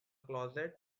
closet